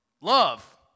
love